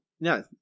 No